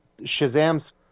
Shazam's